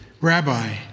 Rabbi